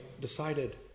decided